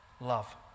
love